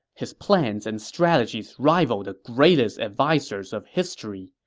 his plans and strategies rival the greatest advisers of history.